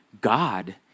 God